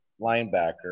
linebacker